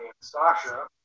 Sasha